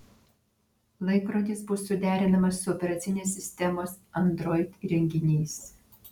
laikrodis bus suderinamas su operacinės sistemos android įrenginiais